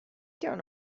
turned